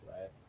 right